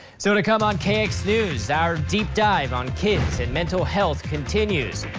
so to come on kx news our deep dive on kids and mental health continues.